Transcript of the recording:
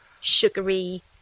sugary